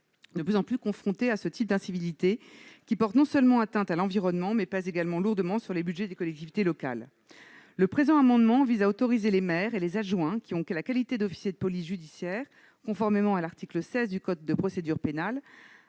de plus en plus confrontés à ce type d'incivilités, qui portent non seulement atteinte à l'environnement, mais pèsent également lourdement sur les budgets des collectivités locales. Le présent amendement vise à autoriser les maires et les adjoints, qui ont la qualité d'officier de police judiciaire, conformément à l'article 16 du code de procédure pénale,